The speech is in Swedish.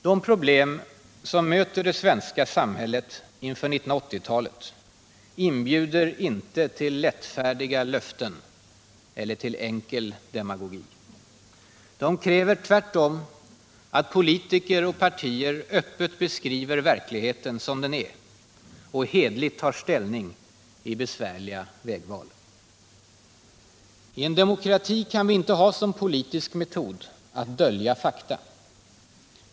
De problem som möter det svenska samhället inför 1980-talet inbjuder inte till lättfärdiga löften eller till enkel demagogi. De kräver tvärtom att politiker och partier öppet beskriver verkligheten sådan den är och hederligt tar ställning i besvärliga vägval. I en demokrati kan vi inte ha som politisk metod att dölja fakta.